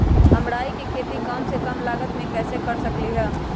हम राई के खेती कम से कम लागत में कैसे कर सकली ह?